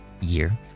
year